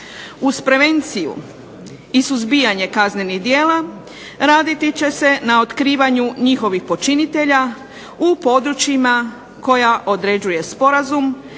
Uz prevenciju i suzbijanje kaznenih djela raditi će se na otkrivanju njihovih počinitelja u područjima koja određuje sporazum.